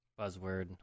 Buzzword